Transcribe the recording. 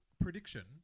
prediction